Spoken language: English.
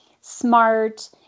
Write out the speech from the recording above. smart